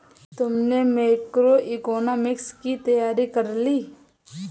तुमने मैक्रोइकॉनॉमिक्स की तैयारी कर ली?